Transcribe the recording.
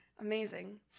amazing